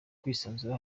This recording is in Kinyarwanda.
kwisanzura